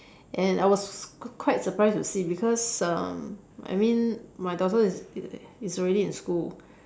and I was quite surprised to see because um I mean my daughter is is already in school